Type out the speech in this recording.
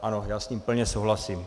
Ano, já s ním plně souhlasím.